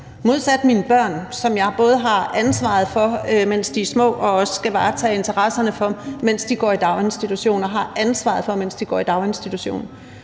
modsat mine børn, som jeg har ansvaret for, mens de er små, og som jeg også skal varetage interesserne for, mens de går i daginstitution, og som jeg har ansvaret for, mens de går i daginstitution.